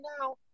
now